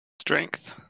Strength